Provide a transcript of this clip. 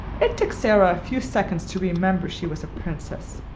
it took sara a few seconds to remember she was a princess.